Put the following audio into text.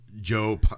Joe